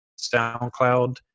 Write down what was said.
soundcloud